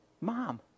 mom